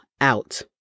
out